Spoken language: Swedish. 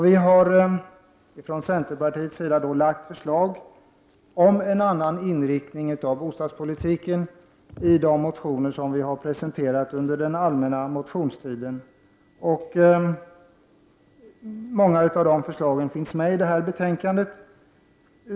Vi har ifrån centerns sida lagt fram förslag om en annan inriktning av bostadspolitiken i de motioner som vi har presenterat under den allmänna motionstiden. Många av dessa förslag finns med i betänkandet.